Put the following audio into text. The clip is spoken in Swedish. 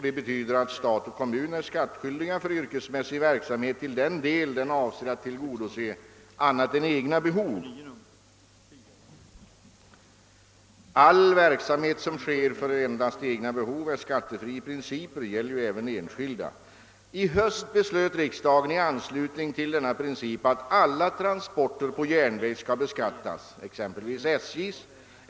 Det betyder att stat och kommun är skattskyldiga för yrkesmässig verksamhet till den del verksamheten avser att tillgodose annat än egna behov. All verksamhet som sker för endast egna behov är nämligen i princip skattefri. Detta gäller även enskilda. I höstas beslöt riksdagen i anslutning till denna princip att alla transporter på järnväg skall beskattas, t.ex. SJ:s egna.